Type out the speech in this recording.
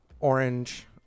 orange